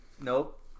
Nope